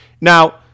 Now